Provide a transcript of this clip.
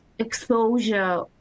exposure